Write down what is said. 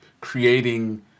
creating